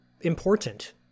important